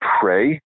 pray